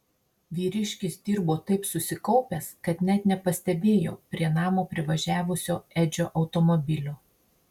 vyriškis dirbo taip susikaupęs kad net nepastebėjo prie namo privažiavusio edžio automobilio